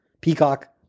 Peacock